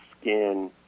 skin